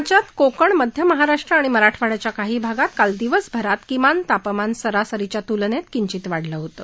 राज्यात कोकण मध्य महाराष्ट्र आणि मराठ्वाड्याच्या काही भागात काल दिवसभरात किमान तापमान सरासरीच्या त्लनेत किंचित वाढलं होतं